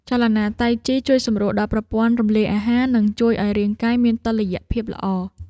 ចលនាតៃជីជួយសម្រួលដល់ប្រព័ន្ធរំលាយអាហារ និងជួយឱ្យរាងកាយមានតុល្យភាពល្អ។